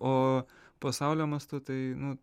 o pasaulio mastu tai nu